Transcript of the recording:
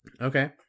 Okay